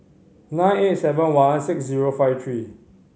nine eight seven one six zero five three